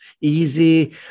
easy